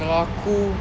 kalau aku